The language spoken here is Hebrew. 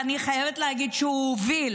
ואני חייבת להגיד שהוא הוביל